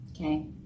okay